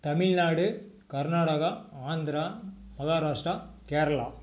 Tamil Nadu Karnataka Andhra Maharashtra Kerala